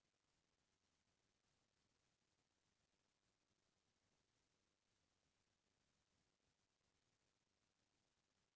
कोनो भी पउधा ल बने भोगाय बर ओला जिंदा राखे बर ओ जमीन के बने नमी होना जरूरी होथे